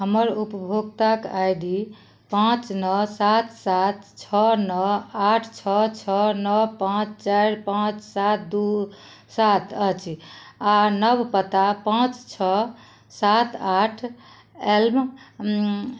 हमर उपभोक्ता I D पाँच नओ सात सात छओ नओ आठ छओ छओ नओ पाँच चारि पाँच सात दू सात अछि आ नव पता पाँच छओ सात आठ एल्म